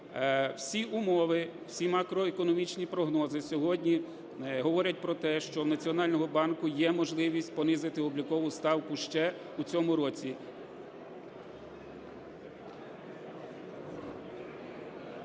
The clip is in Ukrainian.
Всі умови, всі макроекономічні прогнози сьогодні говорять про те, що у Національного банку є можливість понизити облікову ставку ще у цьому році.